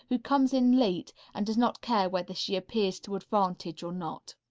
who comes in late and does not care whether she appears to advantage or not.